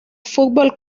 fútbol